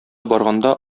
барганда